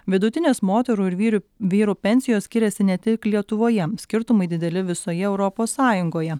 vidutinės moterų ir vyrių vyrų pensijos skiriasi ne tik lietuvoje skirtumai dideli visoje europos sąjungoje